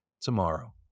tomorrow